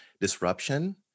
disruption